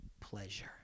pleasure